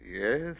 Yes